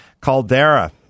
Caldera